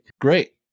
Great